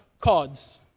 cards